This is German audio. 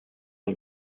von